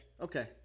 Okay